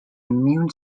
immune